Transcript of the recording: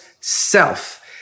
self